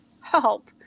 help